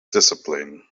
discipline